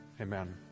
Amen